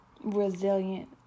resilient